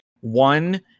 One